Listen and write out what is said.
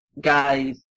guys